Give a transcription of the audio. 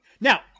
now